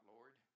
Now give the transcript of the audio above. Lord